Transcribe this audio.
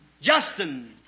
Justin